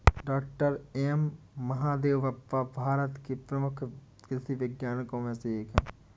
doctor M Mahadevappa Bharat के प्रमुख कृषि वैज्ञानिकों में से एक हैं